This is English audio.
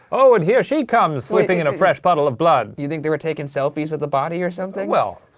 oh and here she comes slipping in a fresh puddle of blood. you think they were taking selfies with the body or something? well,